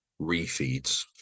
refeeds